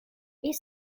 each